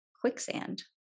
quicksand